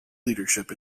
leadership